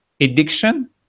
addiction